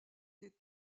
des